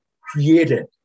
created